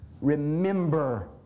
remember